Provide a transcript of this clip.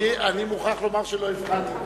אני מוכרח לומר שלא הבחנתי בכך.